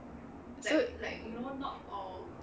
so